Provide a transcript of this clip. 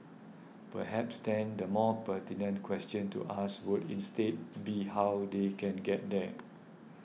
perhaps then the more pertinent question to ask would instead be how they can get there